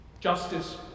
Justice